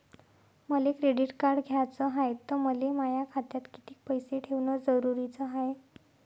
मले credit card घ्याचं हाय, त मले माया खात्यात कितीक पैसे ठेवणं जरुरीच हाय?